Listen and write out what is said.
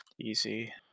easy